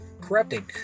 corrupting